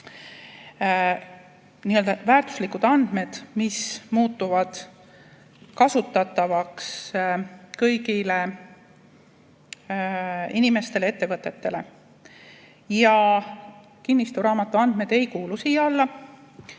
n-ö väärtuslikke andmeid, mis muudetakse kasutatavaks kõigile inimestele ja ettevõtetele. Kinnistusraamatu andmed ei kuulu siia alla.